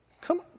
come